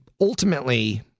ultimately